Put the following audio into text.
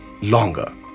longer